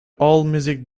allmusic